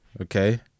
okay